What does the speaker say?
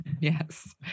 Yes